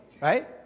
right